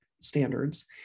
standards